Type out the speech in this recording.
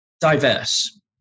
diverse